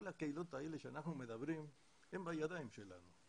כל הקהילות האלה שאנחנו מדברים עליהם הם בידיים שלנו,